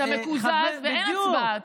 אתה מקוזז ואין הצבעה,